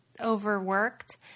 overworked